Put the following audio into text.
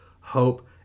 hope